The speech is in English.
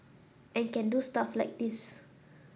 and can do stuff like this